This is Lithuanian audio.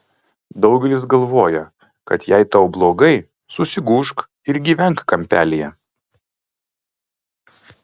daugelis galvoja kad jei tau blogai susigūžk ir gyvenk kampelyje